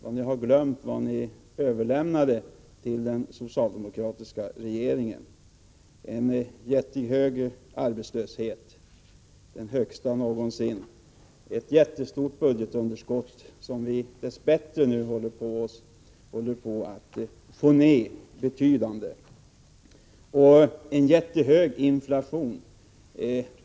Ni har tydligen glömt vad ni överlämnade till den socialdemokratiska regeringen: en jättehög arbetslöshet, den högsta någonsin, ett jättestort budgetunderskott, som vi dess bättre nu håller på att få ned betydligt, och en jättehög inflation.